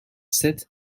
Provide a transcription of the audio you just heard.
sept